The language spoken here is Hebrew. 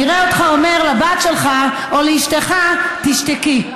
נראה אותך אומר לבת שלך או לאשתך תשתקי.